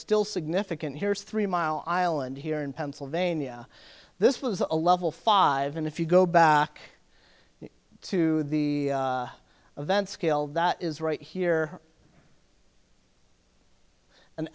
still significant here is three mile island here in pennsylvania this was a level five and if you go back to the event scale that is right here an